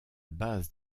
base